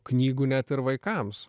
knygų net ir vaikams